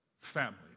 Family